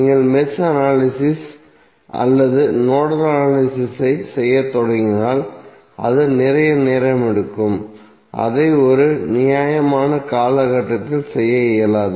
நீங்கள் mesh analysis அல்லது nodal analysis ஐ செய்யத் தொடங்கினால் அது நிறைய நேரம் எடுக்கும் அதை ஒரு நியாயமான கால கட்டத்தில் செய்ய இயலாது